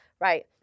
Right